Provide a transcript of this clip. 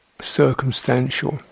circumstantial